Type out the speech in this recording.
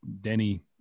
Denny